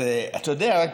אתה יודע,